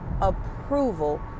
approval